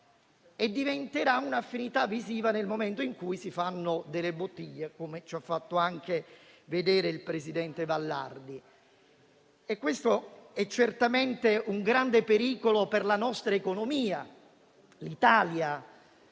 che diventerà visiva nel momento in cui si produrranno delle bottiglie, come ci ha fatto vedere il presidente Vallardi. Questo è certamente un grande pericolo per la nostra economia. L'Italia